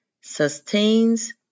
sustains